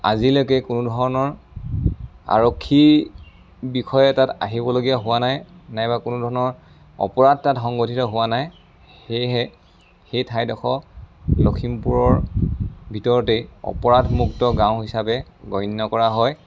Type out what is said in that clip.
আজিলৈকে কোনো ধৰণৰ আৰক্ষী বিষয়া তাত আহিবলগীয়া হোৱা নাই নাইবা কোনোধৰণৰ অপৰাধ তাত সংঘটিত হোৱা নাই সেয়েহে সেই ঠাইডোখৰ লখিমপুৰৰ ভিতৰতে অপৰাধমুক্ত গাঁও হিচাপে গণ্য কৰা হয়